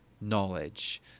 knowledge